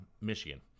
Michigan